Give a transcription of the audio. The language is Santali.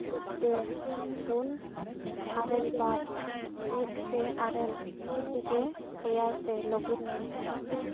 ᱯᱮ ᱯᱩᱱ ᱟᱨᱮᱞ ᱵᱟᱨ ᱢᱤᱫ ᱯᱮ ᱟᱨᱮᱞ ᱯᱮ ᱮᱭᱟᱭ ᱛᱮ ᱞᱚᱜᱤᱱ ᱢᱮ